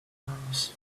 arms